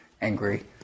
angry